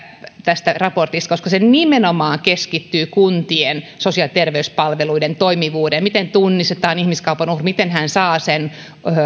tästä raportista koska se nimenomaan keskittyy kuntien sosiaali ja terveyspalveluiden toimivuuteen miten tunnistetaan ihmiskaupan uhri miten hän